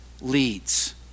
leads